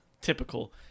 typical